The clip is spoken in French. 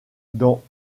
dans